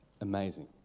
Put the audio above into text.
amazing